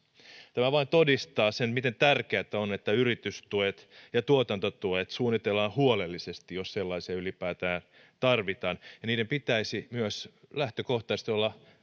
tämä vain todistaa sen miten tärkeätä on että yritystuet ja tuotantotuet suunnitellaan huolellisesti jos sellaisia ylipäätään tarvitaan ja niiden pitäisi myös lähtökohtaisesti olla